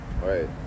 Right